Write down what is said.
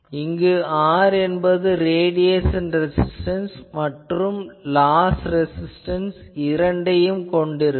ஆகவே இந்த R என்பது ரேடியேசன் ரெசிஸ்டன்ஸ் மற்றும் லாஸ் ரெசிஸ்டன்ஸ் இரண்டையும் கொண்டிருக்கும்